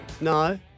No